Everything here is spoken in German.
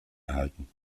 erhalten